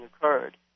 occurred